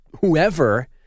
whoever